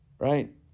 Right